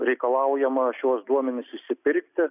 reikalaujama šiuos duomenis išsipirkti